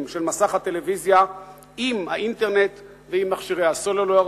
של מסך הטלוויזיה עם האינטרנט ועם מכשירי הסלולר,